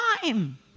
time